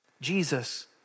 Jesus